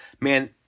man